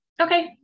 Okay